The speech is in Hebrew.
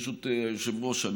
ברשות היושב-ראש,